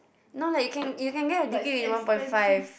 no lah you can you can get a degree in one point five